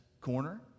corner